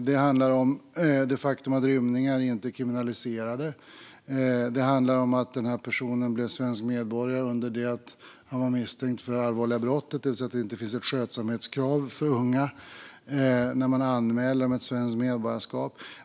Det handlar också om det faktum att rymningar inte är kriminaliserade, och det handlar om att personen i fråga blev svensk medborgare under det att han var misstänkt för det här allvarliga brottet, det vill säga: Det finns inte något skötsamhetskrav för unga som ansöker om svenskt medborgarskap.